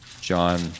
John